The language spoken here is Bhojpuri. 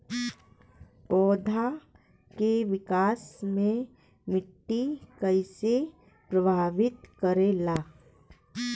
पौधा के विकास मे मिट्टी कइसे प्रभावित करेला?